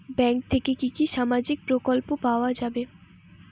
Bank থেকে কি কি সামাজিক প্রকল্প পাওয়া যাবে?